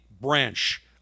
branch